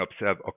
observe